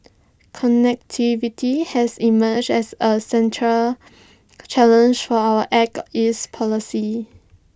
connectivity has emerged as A central challenge for our act east policy